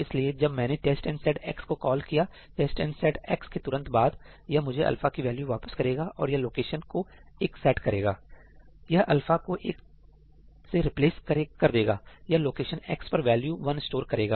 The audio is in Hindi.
इसलिए जब मैंने टेस्ट एंड सेट X को कॉल किया टेस्ट एंड सेट X के तुरंत बाद यह मुझे अल्फा की वैल्यू वापस करेगा और यह लोकेशन को 1 सेट करेगा यह अल्फा को एक से रिप्लेस कर देगा यह लोकेशन X पर वैल्यू वन स्टोर करेगा